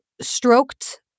stroked